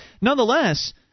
nonetheless